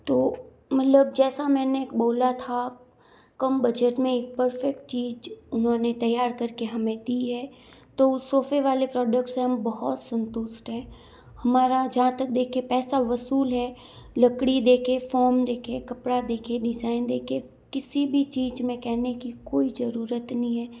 तो मतलब जैसा मैंने बोला था कम बजट में एक परफ़ेक्ट चीज़ उन्होंने तैयार कर के हमें दी है तो सोफ़े वाले प्रोडक्ट से हम बहुत संतुष्ट हैं हमारा जहाँ तक देखे पैसा वसूल है लकड़ी देखें फोम देखें कपड़ा देखें डिज़ाइन देखें किसी भी चीज़ में कहने की कोई ज़रूरत नहीं है